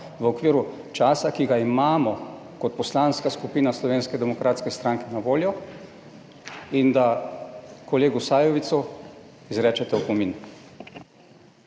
v okviru časa, ki ga imamo kot Poslanska skupina Slovenske demokratske stranke na voljo, in da kolegu Sajovicu izrečete opomin.